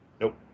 Nope